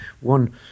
one